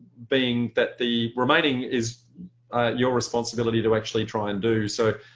being that the remaining is your responsibility to actually try and do. so